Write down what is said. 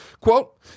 Quote